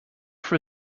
for